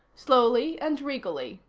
slowly and regally,